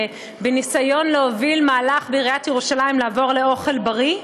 בניסיון להוביל מהלך בעיריית ירושלים לעבור לאוכל בריא.